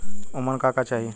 उमन का का चाही?